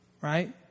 right